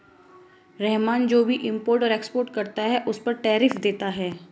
रहमान जो भी इम्पोर्ट और एक्सपोर्ट करता है उस पर टैरिफ देता है